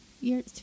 years